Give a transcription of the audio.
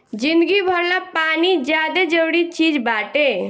जिंदगी भर ला पानी ज्यादे जरूरी चीज़ बाटे